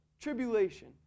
tribulation